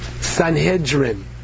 Sanhedrin